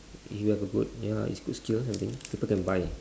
if you have a good ya it's good skills I think people can buy